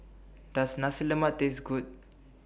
Does Nasi Lemak Taste Good